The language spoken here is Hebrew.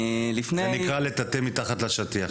זה נקרא לטאטא מתחת לשטיח.